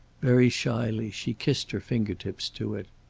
very shyly she kissed her finger tips to it.